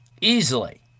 easily